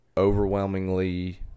overwhelmingly